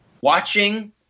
watching